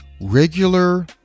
Regular